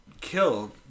killed